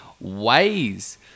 ways